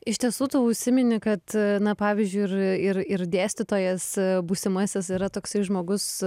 iš tiesų tu užsimeni kad na pavyzdžiui ir ir ir dėstytojas būsimasis yra toksai žmogus